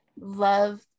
love